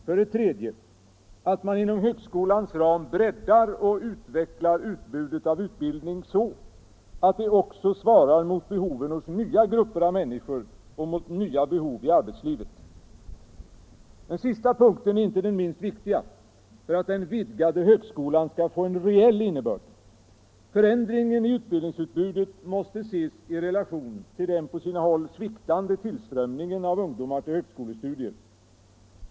För det tredje att man inom högskolans ram breddar och utvecklar utbudet av utbildning så att det också svarar mot behoven hos nya grupper av människor och mot nya behov i arbetslivet. Den sista punkten är inte den minst viktiga för att den vidgade hög skolan skall få en reell innebörd. Förändringen i utbildningsutbudet måste ses i relation till den på sina håll sviktande tillströmningen av ungdomar till högskolestudier.